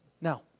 Now